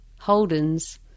Holdens